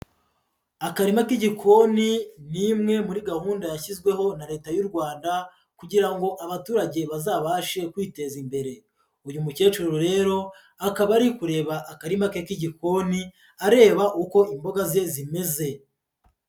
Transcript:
Akarima k'igikoni ni imwe muri gahunda yashyizweho na Leta y'u Rwanda kugira ngo abaturage bazabashe kwiteza imbere, uyu mukecuru rero akaba ari kureba akarima ke k'igikoni areba uko imboga ze zimeze.